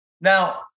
Now